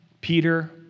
Peter